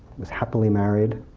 was happily married,